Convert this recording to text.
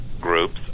groups